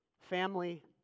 family